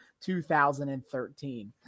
2013